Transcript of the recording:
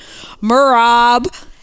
Marab